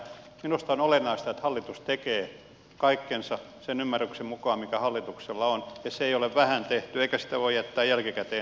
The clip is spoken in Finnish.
minusta on olennaista että hallitus tekee kaikkensa sen ymmärryksen mukaan mikä hallituksella on ja se ei ole vähän tehty eikä sitä voi jättää jälkikäteen tehtäväksi